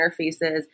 interfaces